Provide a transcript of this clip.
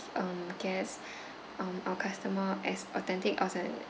um guests um our customer as authentic as of an